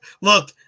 look